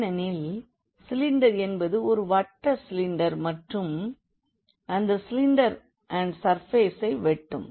ஏனெனில் சிலிண்டர் என்பது ஒரு வட்ட சிலிண்டர் மற்றும் அந்த சிலிண்டர் அண்ட் சர்பேசை வெட்டும்